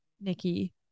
Nikki